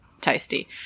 tasty